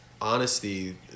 honesty